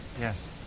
Yes